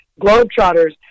Globetrotters